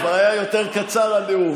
כבר היה יותר קצר הנאום,